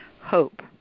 hope